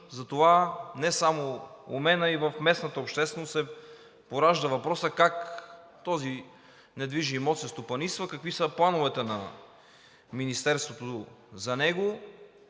затова не само у мен, а и в местната общественост се поражда въпросът: как този недвижим имот се стопанисва, какви са плановете на Министерството за него